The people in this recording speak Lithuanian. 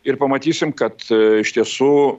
ir pamatysim kad iš tiesų